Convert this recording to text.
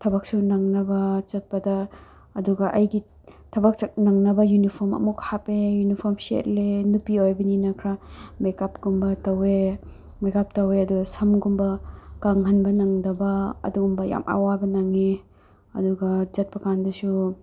ꯊꯕꯛꯁꯨ ꯅꯪꯅꯕ ꯆꯠꯄꯗ ꯑꯗꯨꯒ ꯑꯩꯒꯤ ꯊꯕꯛ ꯆꯠ ꯅꯪꯅꯕ ꯌꯨꯅꯤꯐꯣꯔꯝ ꯑꯃꯨꯛ ꯍꯥꯞꯄꯦ ꯌꯨꯅꯤꯐꯣꯔꯝ ꯁꯦꯠꯂꯦ ꯅꯨꯄꯤ ꯑꯣꯏꯕꯅꯤꯅ ꯈꯔ ꯃꯦꯛꯀꯞꯀꯨꯝꯕ ꯇꯧꯏ ꯃꯦꯛꯀꯞ ꯇꯧꯏ ꯑꯗꯨꯒ ꯁꯝꯒꯨꯝꯕ ꯀꯪꯍꯟꯕ ꯅꯪꯗꯕ ꯑꯗꯨꯒꯨꯝꯕ ꯌꯥꯝ ꯑꯋꯥꯕ ꯅꯪꯉꯦ ꯑꯗꯨꯒ ꯆꯠꯄ ꯀꯥꯟꯗꯁꯨ